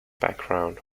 background